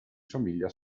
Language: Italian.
somiglia